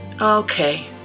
Okay